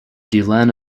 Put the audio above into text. delenn